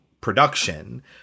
production